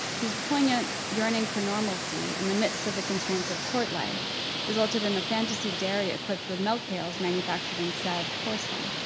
whose poignant yearning for normalcy in the midst of the constraints of court life resulted in a fantasy dairy equipped with milk pails manufactured in sevres porcelain.